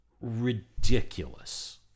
ridiculous